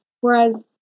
whereas